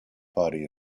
body